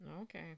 Okay